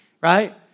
right